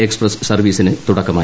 express സർവ്വീസിന് തുടക്കമായി